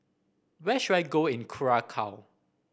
where should I go in Curacao